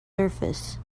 surface